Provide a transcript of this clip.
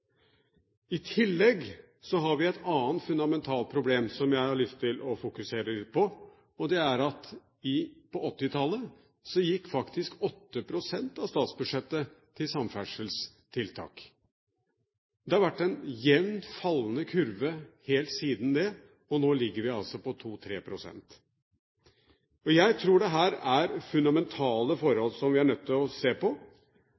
I tillegg har vi et annet fundamentalt problem som jeg har lyst til å fokusere litt på, og det er at på 1980-tallet gikk faktisk 8 pst. av statsbudsjettet til samferdselstiltak. Det har vært en jevnt fallende kurve helt siden da, og nå ligger vi altså på 2–3 pst. Jeg tror det her er fundamentale forhold som vi er nødt til å se på.